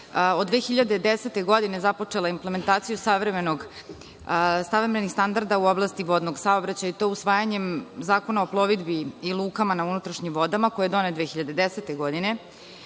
od 2010. godine započela implementaciju savremenog standarda u oblasti vodnog saobraćaja i to usvajanjem Zakona o plovidbi i lukama na unutrašnjim vodama koji je donet 2010. godine,